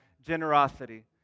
generosity